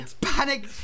panic